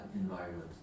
environment